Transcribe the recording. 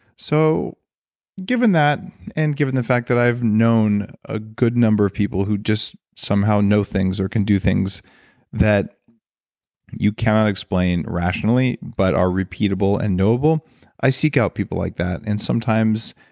so given that and given the fact that i've known a good number of people who just somehow know things or can do things that you cannot explain rationally but are reputable and noble i seek out people like that and sometimes,